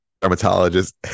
Dermatologist